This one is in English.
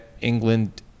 England